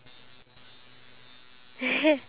then I have to be your princess